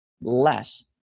less